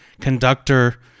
conductor